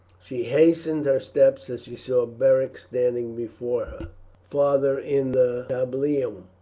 she hastened her steps as she saw beric standing before her father in the tablinum.